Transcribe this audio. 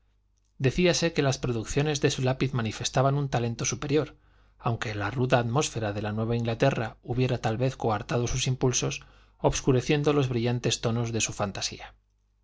colonial decíase que las producciones de su lápiz manifestaban un talento superior aunque la ruda atmósfera de la nueva inglaterra hubiera tal vez coartado sus impulsos obscureciendo los brillantes tonos de su fantasía